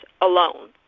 alone